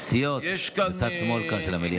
סיעות, צד שמאל של המליאה.